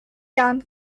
jahren